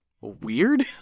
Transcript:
weird